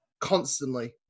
constantly